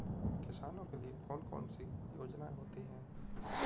किसानों के लिए कौन कौन सी योजनायें होती हैं?